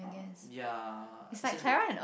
ya except they